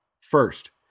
First